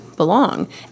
Belong